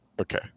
Okay